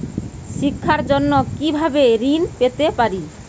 শিক্ষার জন্য কি ভাবে ঋণ পেতে পারি?